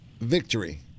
victory